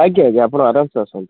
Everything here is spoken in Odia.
ଆଜ୍ଞା ଆଜ୍ଞା ଆପଣ ଆରାମ୍ ସେ ଆସନ୍ତୁ